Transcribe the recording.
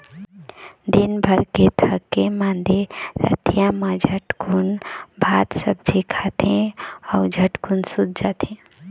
दिनभर के थके मांदे रतिहा मा झटकुन भात सब्जी खाथे अउ झटकुन सूत जाथे